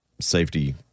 safety